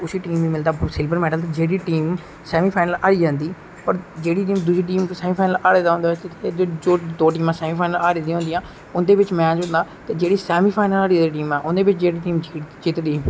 उस टीम गी मिलदा सिलबर मेडल जेहडी टीम सेमीफाइनल हारी जंदी जेहडी टीम ने दुई टीम कोला सेमीफाइनल हारे दा होंदा ऐ जो टीमां सेमीफाइनल हारी दी होंदिया उंदे च मेच होंदा जेहडी सैमीफाइनल हारी दी टीमां ुंदे च जेहडी टीम जितदी